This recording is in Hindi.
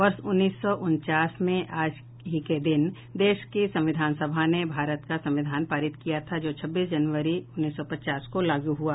वर्ष उन्नीस सौ उनचास में आज ही के दिन देश की संविधान सभा ने भारत का संविधान पारित किया था जो छब्बीस जनवरी उन्नीस सौ पचास से लागू हुआ